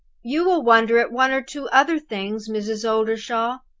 you will wonder at one or two other things, mrs. oldershaw,